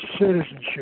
citizenship